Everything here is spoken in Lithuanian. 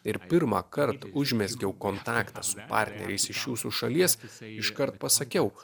ir pirmąkart užmezgiau kontaktą su partneriais iš jūsų šalies iškart pasakiau